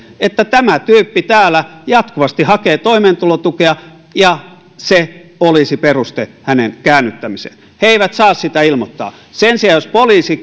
että tämä tyyppi täällä jatkuvasti hakee toimeentulotukea ja se olisi peruste hänen käännyttämiseensä he eivät saa sitä ilmoittaa sen sijaan jos poliisi